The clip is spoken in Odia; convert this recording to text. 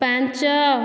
ପାଞ୍ଚ